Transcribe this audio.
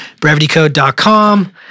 brevitycode.com